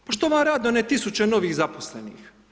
Pa što vam rade one tisuće novih zaposlenih?